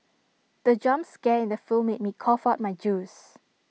the jump scare in the film made me cough out my juice